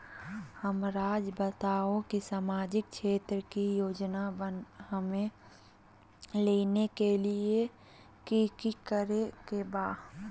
हमराज़ बताओ कि सामाजिक क्षेत्र की योजनाएं हमें लेने के लिए कि कि करे के बा?